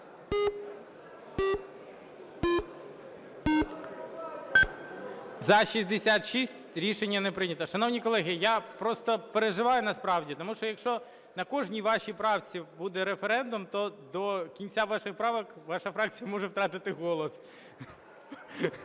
За-66 Рішення не прийнято. Шановні колеги, я просто переживаю, насправді. Тому що, якщо на кожній вашій правці буде "Референдум!", то до кінця ваших правок ваша фракція може втратити голос.